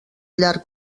llarg